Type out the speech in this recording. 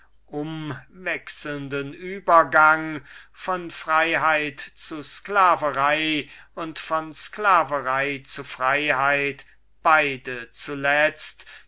umwechslenden übergang von freiheit zu sklaverei und von sklaverei zu freiheit beide zuletzt